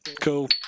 Cool